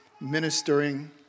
ministering